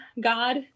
God